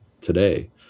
today